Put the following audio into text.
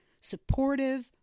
supportive